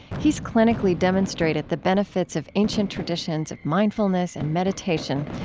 he's clinically demonstrated the benefits of ancient traditions of mindfulness and meditation.